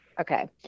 Okay